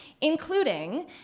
including